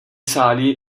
sali